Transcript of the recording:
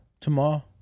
Tomorrow